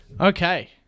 Okay